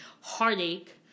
heartache